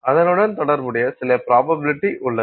அதனுடன் தொடர்புடைய சில ஃபிராபபிலிடி உள்ளது